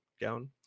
Gown